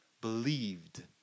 believed